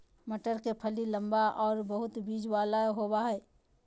मटर के फली लम्बा आरो बहुत बिज वाला होबा हइ